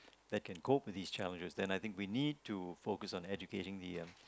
that can cope with these challenges then I think we need to focus on educating the um